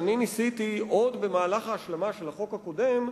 שאני ניסיתי עוד במהלך ההשלמה של החוק הקודם,